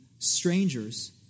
Strangers